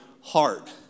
Heart